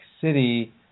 city